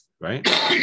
right